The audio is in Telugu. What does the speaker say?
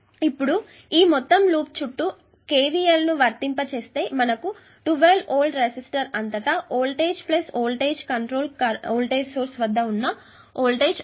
ఇప్పుడు ఈ మొత్తం లూప్ చుట్టూ KVL ను వర్తింప చేస్తే మనకు 12 వోల్ట్ రెసిస్టర్ అంతటా voltage voltage control voltage source వద్ద ఉన్న వోల్టేజ్ అవుతుంది